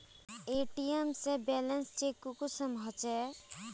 ATM से balance check कुंसम होचे?